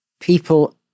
people